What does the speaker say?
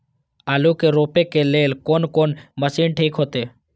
आलू के रोपे के लेल कोन कोन मशीन ठीक होते?